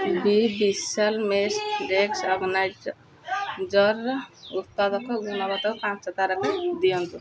ବି ବିଶାଲ mesh desk ଅର୍ଗାନାଇଜର୍ର ଉତ୍ପାଦକ ଗୁଣବତ୍ତାକୁ ପାଞ୍ଚ ତାରକା ଦିଅନ୍ତୁ